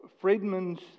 Friedman's